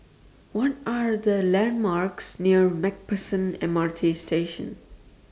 What Are The landmarks near MacPherson M R T Station